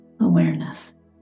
awareness